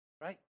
right